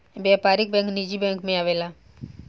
व्यापारिक बैंक निजी बैंक मे आवेला